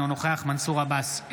אינו נוכח מנסור עבאס,